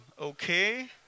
okay